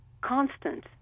constant